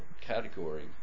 category